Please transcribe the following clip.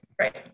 right